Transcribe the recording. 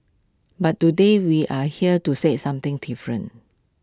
but today we're here to say something different